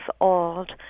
old